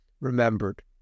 remembered